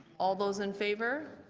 all those in favor?